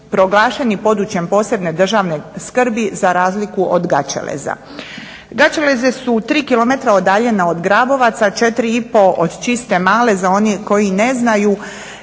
proglašeni područjem posebne državne skrbi za razliku od Gaćeleza. Gaćeleze su 3 kilometra udaljena od Grabovaca, 4,5 od Čiste male. Za one koji ne znaju